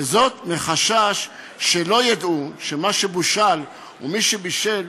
וזאת מחשש שלא ידעו מה בושל ומי בישל,